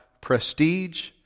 prestige